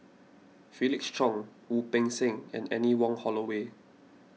Felix Cheong Wu Peng Seng and Anne Wong Holloway